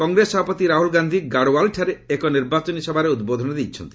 କଂଗ୍ରେସ ସଭାପତି ରାହୁଲ ଗାନ୍ଧି ଗାଡ଼ୱାଲ୍ଠାରେ ଏକ ନିର୍ବାଚନୀ ସଭାରେ ଉଦ୍ବୋଧନ ଦେଇଛନ୍ତି